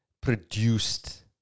produced